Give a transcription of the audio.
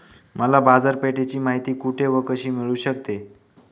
मला बाजारपेठेची माहिती कुठे व कशी मिळू शकते?